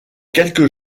quelque